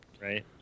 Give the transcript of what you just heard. right